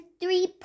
three